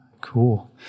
Cool